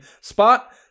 Spot